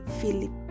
Philip